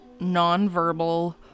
nonverbal